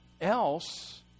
else